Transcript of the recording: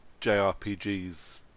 JRPGs